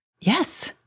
Yes